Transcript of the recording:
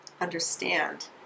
understand